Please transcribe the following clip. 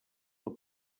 del